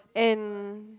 and